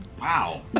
Wow